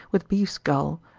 with beef's gall,